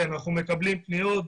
אנחנו מקבלים פניות,